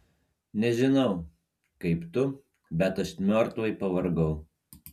nežinau kaip tu bet aš miortvai pavargau